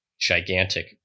gigantic